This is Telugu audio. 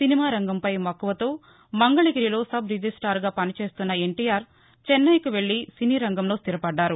సినిమా రంగంపై మక్కువతో మంగళగిరిలో సబ్ రిజ్విస్టార్గా పనిచేస్తోన్న ఎన్టీఆర్ చెన్నైకు వెల్లి సినీ రంగంలో స్టిరపడ్డారు